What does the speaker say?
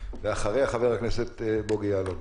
ואחריה חבר הכנסת בוגי יעלון.